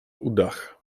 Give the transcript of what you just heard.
udach